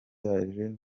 yaje